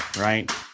right